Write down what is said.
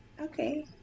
Okay